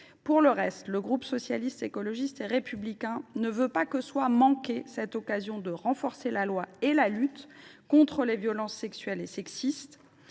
Pour le reste, le groupe Socialiste, Écologiste et Républicain ne veut pas que soit manquée cette occasion de renforcer par la loi la lutte contre les violences sexuelles et sexistes.